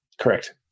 Correct